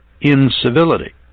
incivility